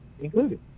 included